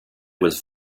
was